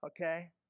Okay